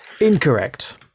Incorrect